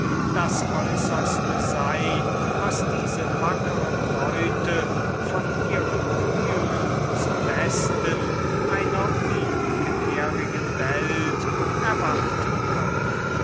das äußerste sei was diese wackere leute von ihren hochfliegenden bemühungen zum besten einer ungelehrigen welt erwarten können